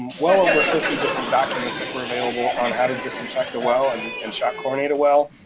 well over fifty different documents that were available on how to disinfect a well and and shock chlorinate a well.